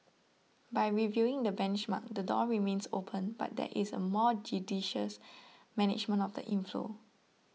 by reviewing the benchmark the door remains open but there is a more judicious management of the inflow